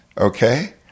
Okay